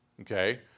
Okay